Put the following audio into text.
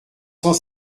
cent